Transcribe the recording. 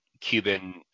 cuban